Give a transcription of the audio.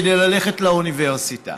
כדי ללכת לאוניברסיטה.